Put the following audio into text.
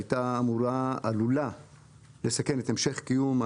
בהפסקה שהייתה בין הדיון הראשון לדיון הזה,